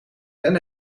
een